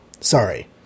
sorry